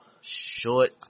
short